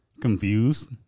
Confused